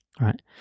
right